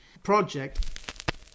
Project